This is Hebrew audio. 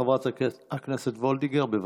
חברת הכנסת וולדיגר, בבקשה.